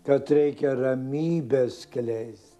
kad reikia ramybę skleist